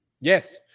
Yes